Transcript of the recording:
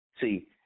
See